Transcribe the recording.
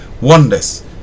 wonders